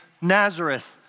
Nazareth